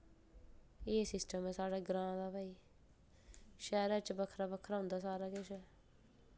एह् सिस्टम ऐ साढ़ा ग्रां दा भाई शैह्रे च बक्खरा बक्खरा होंदा सारा किश